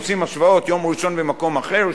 עושים השוואות ליום ראשון במקום אחר,